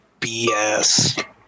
BS